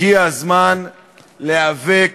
הגיע הזמן להיאבק